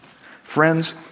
Friends